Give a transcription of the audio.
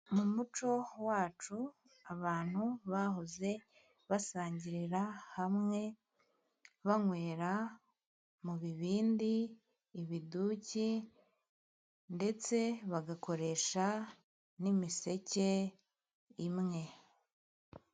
Mu muco wacu abantu bahoze basangirira hamwe, banywera mu bibindi, ibiduki ndetse bagakoresha n'imiseke imwe.